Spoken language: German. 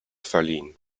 verliehen